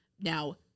now